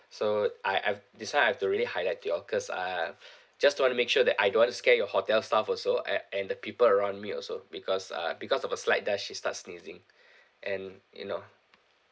so I I've decide I have to really highlight to you all cause uh just to want to make sure that I don't want to scare your hotel staff also and and the people around me also because uh because of a slight dust she start sneezing and you know